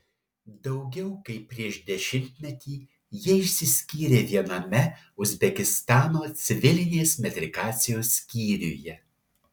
daugiau kaip prieš dešimtmetį jie išsiskyrė viename uzbekistano civilinės metrikacijos skyriuje